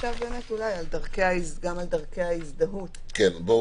עכשיו באמת נשמע אולי גם על דרכי ההזדהות החדשות.